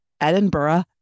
Edinburgh